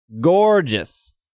Gorgeous